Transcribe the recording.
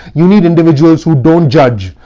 you need individuals who don't judge.